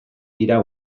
dira